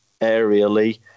aerially